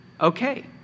Okay